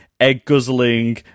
egg-guzzling